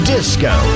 Disco